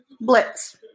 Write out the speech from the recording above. blitz